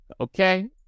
okay